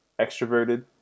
extroverted